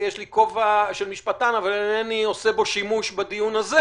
- יש לי כובע גם של משפטן אבל אינני עושה בו שימוש בדיון הזה